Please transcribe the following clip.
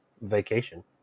vacation